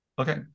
Okay